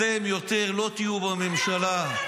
אתם לא תהיו בממשלה יותר.